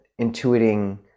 intuiting